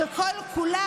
מה אתם